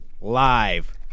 live